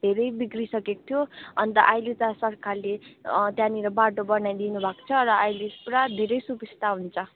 धेरै बिग्रिसकेको थियो अन्त अहिले त सरकारले त्यहाँनिर बाटो बनाइदिनु भएको छ र अहिले पुरा धेरै सुविस्ता हुन्छ